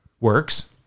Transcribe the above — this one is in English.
works